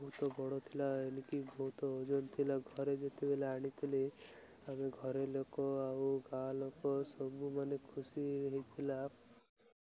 ବହୁତ ବଡ଼ ଥିଲା ବହୁତ ଓଜନ ଥିଲା ଘରେ ଯେତେବେଳେ ଆଣିଥିଲି ଆମେ ଘରେ ଲୋକ ଆଉ ଗାଁ ଲୋକ ସବୁମାନେ ଖୁସି ହେଇଥିଲା